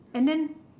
and then